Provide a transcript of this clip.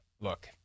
look